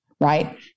Right